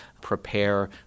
prepare